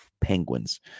Penguins